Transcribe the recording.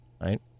Right